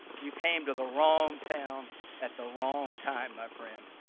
you came to the wrong town at the wrong time my friend.